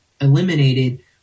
eliminated